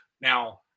Now